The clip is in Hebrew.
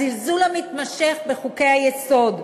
הזלזול המתמשך בחוקי-היסוד,